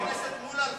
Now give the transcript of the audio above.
חבר הכנסת מולה,